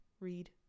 read